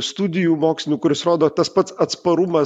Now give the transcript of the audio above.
studijų mokslinių kuris rodo tas pats atsparumas